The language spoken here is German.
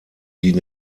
die